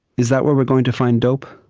is that where we're going to find dope?